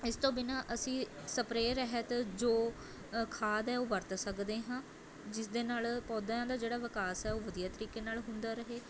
ਇਸ ਤੋਂ ਬਿਨਾਂ ਅਸੀਂ ਸਪਰੇਅ ਰਹਿਤ ਜੋ ਖਾਦ ਹੈ ਉਹ ਵਰਤ ਸਕਦੇ ਹਾਂ ਜਿਸ ਦੇ ਨਾਲ਼ ਪੌਦਿਆਂ ਦਾ ਜਿਹੜਾ ਵਿਕਾਸ ਹੈ ਉਹ ਵਧੀਆ ਤਰੀਕੇ ਨਾਲ ਹੁੰਦਾ ਰਹੇ